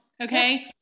okay